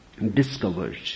discovered